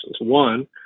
One